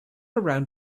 around